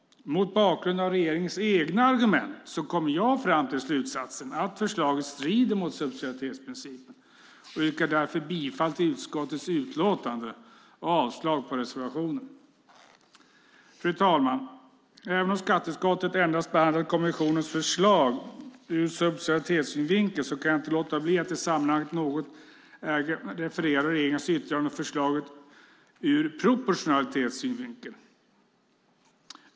Mot bakgrund av regeringens egna argument kommer jag fram till slutsatsen att förslaget strider mot subsidiaritetsprincipen och yrkar därför bifall till förslaget i utskottets utlåtande och avslag på reservationen. Fru talman! Även om skatteutskottet endast behandlat kommissionens förslag ur subsidiaritetssynvinkel kan jag inte låta bli att i sammanhanget något referera regeringens yttrande om förslaget ur proportionalitetssynvinkel.